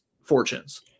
fortunes